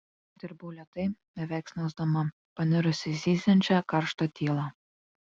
dirbau lėtai beveik snausdama panirusi į zyziančią karštą tylą